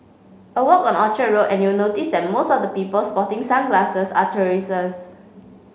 a walk on Orchard Road and you'll notice that most of the people sporting sunglasses are tourists